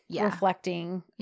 reflecting